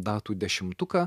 datų dešimtuką